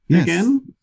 again